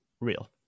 Real